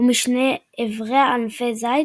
ומשני עבריה ענפי זית,